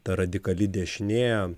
ta radikali dešinė